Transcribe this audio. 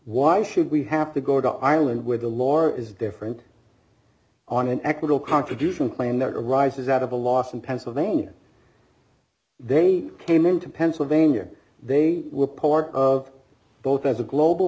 why should we have to go to ireland where the lore is different on an equitable contribution plan that arises out of a loss in pennsylvania they came into pennsylvania they were part of both as a global